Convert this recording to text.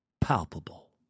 palpable